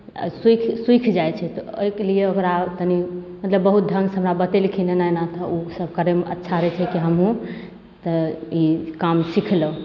सुखि सुखि जाइ छै तऽ ओहिके लिए ओकरा आओर तनि मतलब बहुत ढङ्गसे हमरा बतेलखिन एना एना तऽ ओसब करैमे अच्छा रहै छै कि हमहूँ तऽ ई काम सिखलहुँ